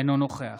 אינו נוכח